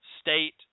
state